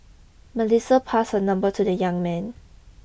Melissa passed her number to the young man